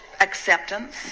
acceptance